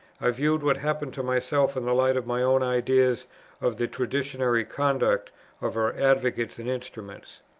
i viewed what happened to myself in the light of my own ideas of the traditionary conduct of her advocates and instruments.